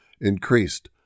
increased